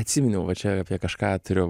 atsiminiau va čia apie kažką turiu